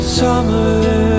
Summer